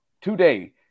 today